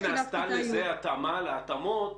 האם נעשתה לזה התאמה להתאמות